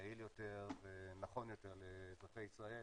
יעיל יותר ונכון יותר לאזרחי ישראל.